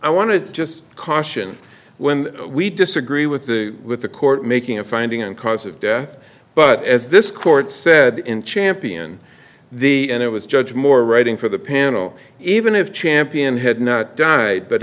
to just caution when we disagree with the with the court making a finding on cause of death but as this court said in champion the end it was judge moore writing for the panel even if champion had not died but